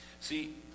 See